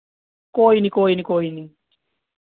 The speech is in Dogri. कोई नि कोई नि कोई नि